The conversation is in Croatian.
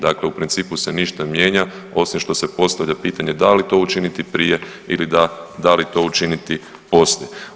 Dakle, u principu se ništa ne mijenja osim što se postavlja pitanje da li to učiniti prije ili da li to učiniti poslije.